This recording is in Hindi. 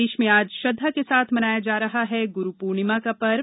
प्रदेश में आज श्रद्धा के साथ मनाया जा रहा है गुरू पूर्णिमा का पर्व